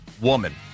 woman